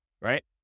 Right